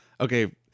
Okay